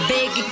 Big